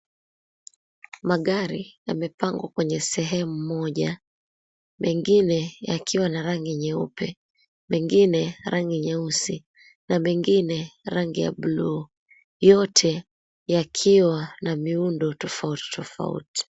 Magari yamepangwa kwenye sehemu moja, mengine yakiwa na rangi nyeupe, mengine rangi nyeusi na mengine rangi ya buluu yote yakiwa na miundo tofauti tofauti.